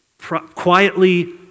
quietly